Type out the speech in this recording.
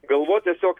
galvot tiesiog